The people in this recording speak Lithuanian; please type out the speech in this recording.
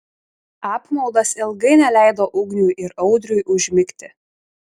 apmaudas ilgai neleido ugniui ir audriui užmigti